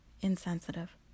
insensitive